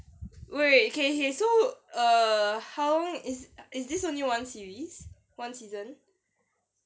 wait wait wait okay okay so err how long is is this only one series one season